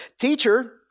Teacher